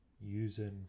using